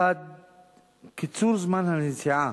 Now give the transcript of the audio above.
1. קיצור זמן הנסיעה